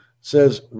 says